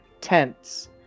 tents